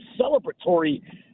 celebratory